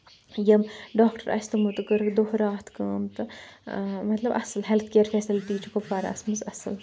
یِم ڈاکٹر آسہِ تِمو تہٕ کٔرٕکھ دۄہ راتھ کٲم تہٕ مطلب اَصٕل ہیٚلٕتھ کِیر فیسَلٹی چھِ گوپوارَس منٛز اَصٕل